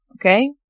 okay